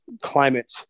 climate